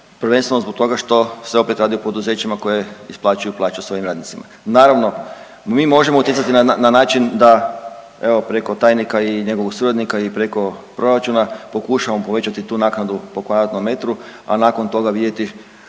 prvenstveno zbog toga što se opet radi o poduzećima koje isplaćuju plaće svojim radnicima. Naravno, mi možemo utjecati na način da evo preko tajnika i njegovog suradnika i preko proračuna pokušamo povećati tu naknadu po kvadratnom metru, a nakon toga vidjeti